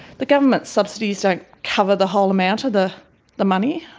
the government subsidies don't cover the whole amount of the the money,